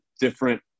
different